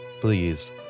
Please